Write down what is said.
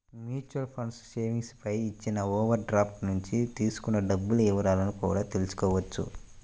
mutual funds savings పై ఇచ్చిన overdraft నుంచి తీసుకున్న డబ్బుల వివరాలను కూడా తెల్సుకోవచ్చు